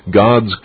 God's